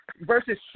versus